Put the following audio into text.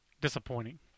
disappointing